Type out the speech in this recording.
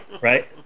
right